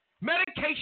Medication